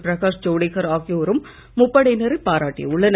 பிரகாஷ் ஜவடேகர் ஆகியோரும் முப்படையினரை பாராட்டி உள்ளனர்